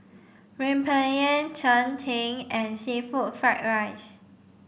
Rempeyek Cheng Tng and seafood fried rice